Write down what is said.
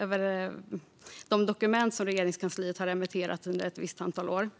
av de dokument som Regeringskansliet har remitterat under ett visst antal år.